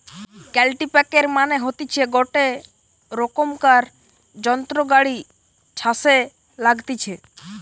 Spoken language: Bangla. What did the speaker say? কাল্টিপ্যাকের মানে হতিছে গটে রোকমকার যন্ত্র গাড়ি ছাসে লাগতিছে